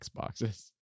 Xboxes